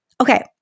Okay